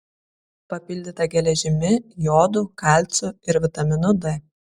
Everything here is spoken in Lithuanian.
papildyta geležimi jodu kalciu ir vitaminu d